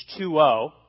H2O